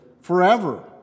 forever